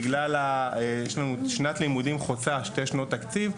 בגלל שיש לנו שנת לימודים חוצה שתי שנות תקציב,